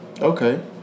Okay